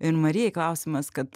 ir marijai klausimas kad